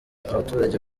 abaturage